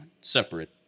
separate